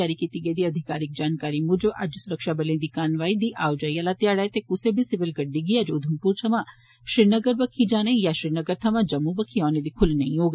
जारी कीती गेदी अधिकारिक जानकारी मुजब अज्ज सुरक्षाबलें दी कानवाईएं दी आओजाई आह्ला घ्याड़ा ऐ ते कुसा बी सिविल गड्डी गी अज्ज उघमपुर थमां श्रीनगर बक्खी जाने यां श्रीनगर थमां जम्मू बक्खी औने दी खुल्ल नेई होग